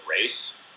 race